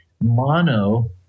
Mono